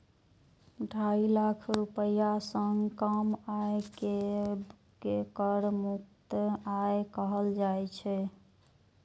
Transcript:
ढाई लाख रुपैया सं कम आय कें कर मुक्त आय कहल जाइ छै